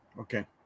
Okay